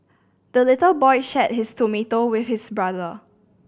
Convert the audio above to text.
the little boy shared his tomato with his brother